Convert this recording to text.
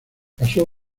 casó